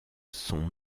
sont